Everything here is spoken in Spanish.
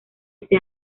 ese